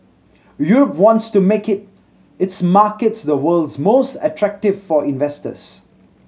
Europe wants to make it its markets the world's most attractive for investors